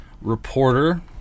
reporter